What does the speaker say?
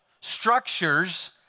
structures